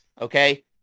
Okay